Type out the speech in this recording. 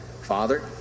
Father